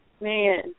Man